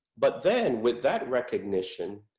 but then with that recognition